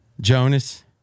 Jonas